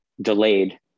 delayed